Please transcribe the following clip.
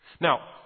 Now